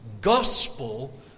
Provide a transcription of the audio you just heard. gospel